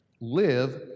live